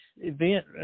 event